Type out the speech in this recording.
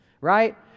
right